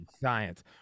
science